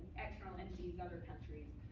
external entities, other countries.